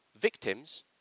victims